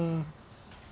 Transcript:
um